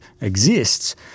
exists